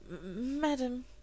Madam